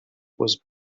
was